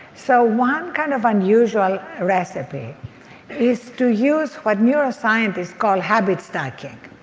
so one kind of unusual recipe is to use what neuroscientists call habit stacking.